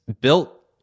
built